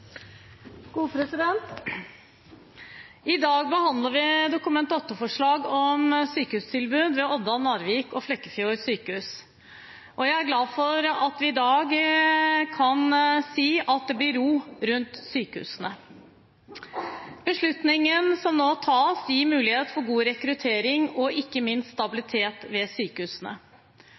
gode planer for rekruttering, som sikrer stabilitet og kvalitet. Jeg vil takke komiteen for konstruktivt arbeid og helseministeren for samarbeidet. I dag behandler vi Dokument 8-forslag om sykehustilbud ved Odda, Narvik og Flekkefjord sykehus, og jeg er glad for at vi i dag kan si at det blir ro rundt sykehusene. Beslutningen som nå tas, gir mulighet for